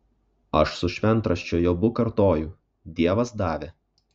aš su šventraščio jobu kartoju dievas davė